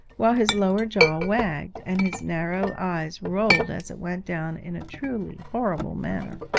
while his lower jaw wagged, and his narrow eyes rolled as it went down in a truly horrible manner.